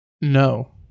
No